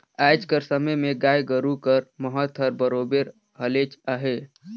आएज कर समे में गाय गरू कर महत हर बरोबेर हलेच अहे